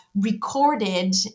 recorded